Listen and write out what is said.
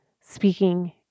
speaking